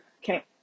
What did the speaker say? Okay